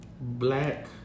black